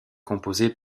composée